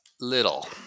little